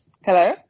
hello